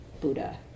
Buddha